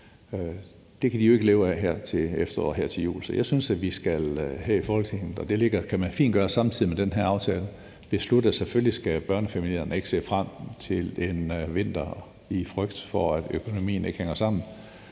Det kan de jo ikke leve af her til efteråret og her til jul. Så jeg synes, at vi her i Folketinget skal – og det kan man fint gøre samtidig med den her aftale – beslutte, at selvfølgelig skal børnefamilierne ikke se frem mod en vinter i frygt for, at økonomien ikke hænger sammen,